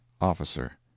Officer